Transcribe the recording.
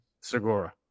Segura